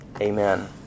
Amen